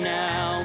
now